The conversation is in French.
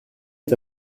est